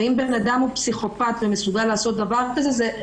אם אדם הוא פסיכופת ומסוגל לעשות דבר כזה,